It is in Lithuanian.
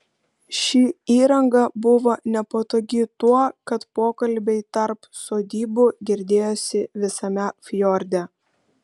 ši įranga buvo nepatogi tuo kad pokalbiai tarp sodybų girdėjosi visame fjorde